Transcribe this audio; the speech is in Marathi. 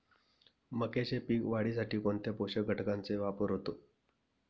मक्याच्या पीक वाढीसाठी कोणत्या पोषक घटकांचे वापर होतो?